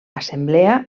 assemblea